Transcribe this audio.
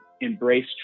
embrace